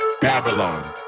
Babylon